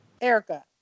Erica